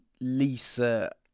Lisa